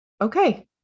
okay